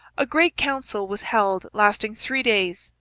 a great council was held lasting three days,